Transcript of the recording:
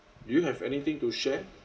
do you have anything to share